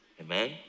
Amen